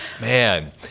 Man